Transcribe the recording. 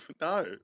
No